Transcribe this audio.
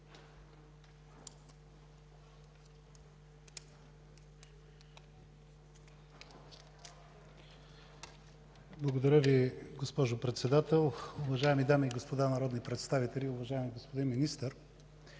Благодаря Ви, госпожо Председател. Уважаеми дами и господа народни представители, уважаеми господин Министър!